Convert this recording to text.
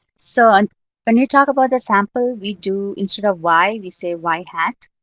so um when you talk about the sample, we do instead of y, we say y hat.